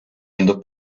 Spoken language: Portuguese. indo